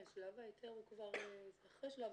שלב ההיתר הוא כבר אחרי שלב